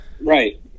Right